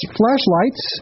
flashlights